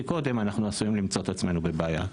קודם אנחנו עשויים למצוא את עצמנו בבעיה.